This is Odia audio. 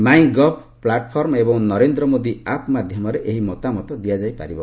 ମାଇଁ ଗଭ୍ ପ୍ଲାଟଫର୍ମ ଏବଂ ନରେନ୍ଦ୍ର ମୋଦୀ ଆପ୍ ମାଧ୍ୟମରେ ଏହି ମତାମତ ଦିଆଯାଇପାରିବ